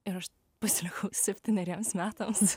ir aš pasilikau septyneriems metams